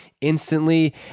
instantly